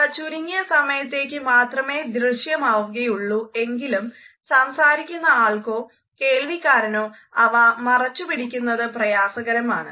അവ ചുരുങ്ങിയ സമയെത്തേയ്ക്കെ മാത്രമെ ദൃശ്യമാവുകയുള്ളു എങ്കിലും സംസാരിക്കുന്ന ആൾക്കോ കേൾവിക്കാരനോ അവ മറച്ചു പിടിക്കുന്നത് പ്രയാസകരമാണ്